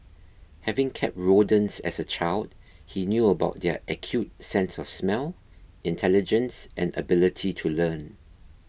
having kept rodents as a child he knew about their acute sense of smell intelligence and ability to learn